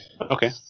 Okay